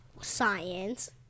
science